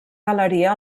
galeria